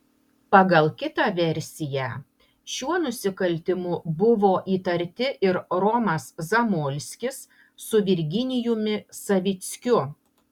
pagal kitą versiją šiuo nusikaltimu buvo įtarti ir romas zamolskis su virginijumi savickiu